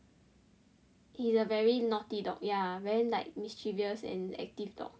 he is a very naughty dog ya very like mischievous and active dog